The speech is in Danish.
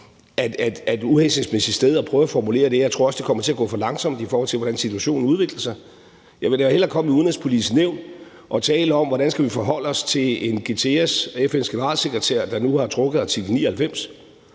et uhensigtsmæssigt sted at prøve at formulere det, og jeg tror også, det kommer til at gå for langsomt, i forhold til hvordan situationen udvikler sig. Jeg vil da hellere komme i Det Udenrigspolitiske Nævn og tale om, hvordan vi skal forholde os til en Guterres, FN's generalsekretær, der nu har trukket artikel 99.